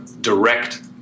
direct